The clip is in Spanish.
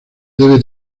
debe